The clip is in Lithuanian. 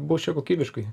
bus čia kokybiškai